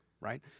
right